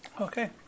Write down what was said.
Okay